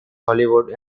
hollywood